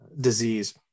disease